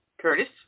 Curtis